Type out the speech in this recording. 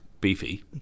Beefy